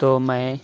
تو میں